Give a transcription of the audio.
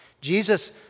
Jesus